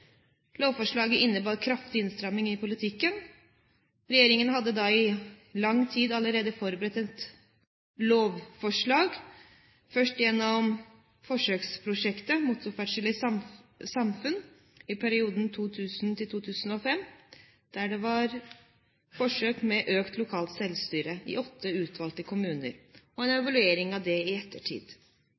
Lovforslaget innebar kraftige innstramminger i politikken. Regjeringen hadde da i lang tid allerede forberedt et lovforslag, først gjennom forsøksprosjektet Motorferdsel og Samfunn, i perioden 2000–2005 – et forsøk med økt lokalt selvstyre i åtte utvalgte kommuner, og en evaluering av det i ettertid.